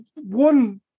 one